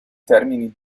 termini